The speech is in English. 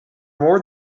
more